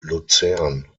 luzern